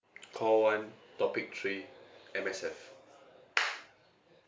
call one topic three M_S_F